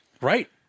Right